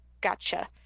Gotcha